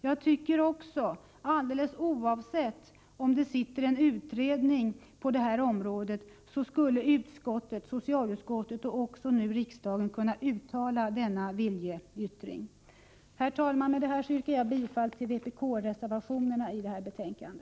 Jag tycker också, alldeles oavsett om en utredning arbetar inom detta område, att socialutskottet och även riksdagen skulle kunna uttala denna viljeyttring. Fru talman! Med detta yrkar jag bifall till vpk-reservationerna som är fogade till detta betänkande.